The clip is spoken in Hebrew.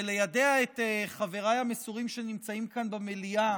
וליידע את חבריי שנמצאים כאן במליאה